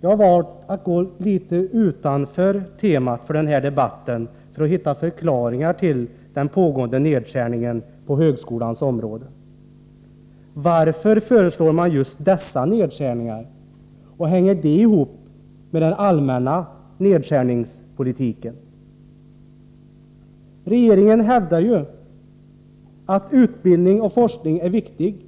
Jag har valt att gå litet utanför temat för den här debatten för att hitta förklaringar till den pågående nedskärningen på högskolans område. Varför föreslår man just dessa nedskärningar? Hänger det ihop med den allmänna nedskärningspolitiken? Regeringen hävdar ju att utbildning och forskning är viktiga medel